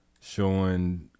showing